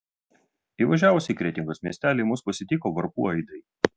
įvažiavus į kretingos miestelį mus pasitiko varpų aidai